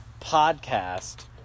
podcast